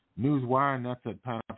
Newswire